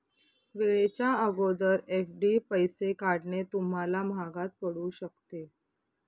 वेळेच्या अगोदर एफ.डी पैसे काढणे तुम्हाला महागात पडू शकते